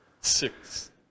six